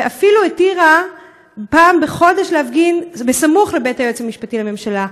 ואפילו התירה פעם בחודש להפגין סמוך לבית היועץ המשפטי לממשלה.